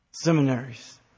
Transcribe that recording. seminaries